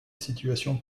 situation